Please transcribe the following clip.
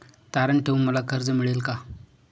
तारण ठेवून मला कर्ज मिळेल का?